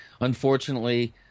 unfortunately